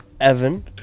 Evan